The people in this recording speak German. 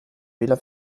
wähler